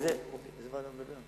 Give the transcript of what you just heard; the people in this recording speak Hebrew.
על איזו ועדה הוא מדבר?